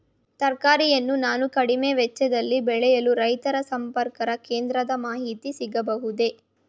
ತರಕಾರಿಗಳನ್ನು ನಾನು ಕಡಿಮೆ ವೆಚ್ಚದಲ್ಲಿ ಬೆಳೆಯಲು ರೈತ ಸಂಪರ್ಕ ಕೇಂದ್ರದ ಮಾಹಿತಿ ಸಿಗಬಹುದೇ?